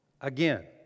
again